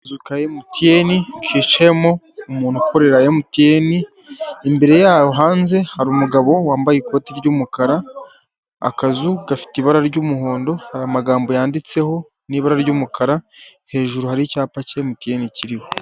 Akazu ka emutiyene kicamo umuntu ukorera emutiyene, imbere yayo hanze hari umugabo wambaye ikoti ry'umukara akazu gafite ibara ry'umuhondo hari amagambo yanditseho n'ibara ry'umukara, hejuru hari icyapa emutiyene kinini kiriho.